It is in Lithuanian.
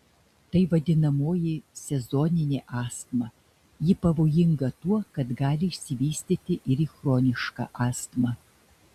tai vadinamoji sezoninė astma ji pavojinga tuo kad gali išsivystyti ir į chronišką astmą